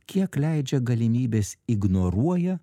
kiek leidžia galimybės ignoruoja